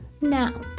Now